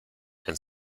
and